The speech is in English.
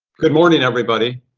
good morning, everybody.